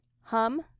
Hum